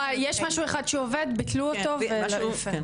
ברור, לא, יש משהו אחד שעובד, ביטלו אותו, הבנתי.